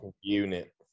Unit